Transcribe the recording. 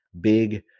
big